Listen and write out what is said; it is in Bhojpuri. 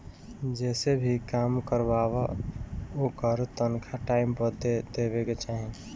जेसे भी काम करवावअ ओकर तनखा टाइम पअ दे देवे के चाही